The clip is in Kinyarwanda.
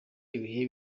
ibihe